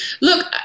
look